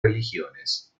religiones